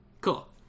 cool